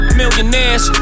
millionaires